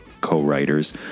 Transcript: co-writers